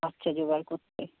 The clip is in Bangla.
বাচ্চা জোগাড় করতে